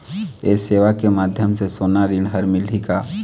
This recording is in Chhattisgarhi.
ये सेवा के माध्यम से सोना ऋण हर मिलही का?